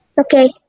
Okay